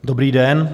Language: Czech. Dobrý den.